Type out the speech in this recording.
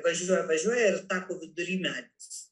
važiuoja važiuoja ir tako vidury medis